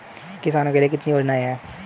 किसानों के लिए कितनी योजनाएं हैं?